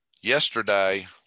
Yesterday